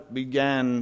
began